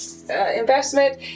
investment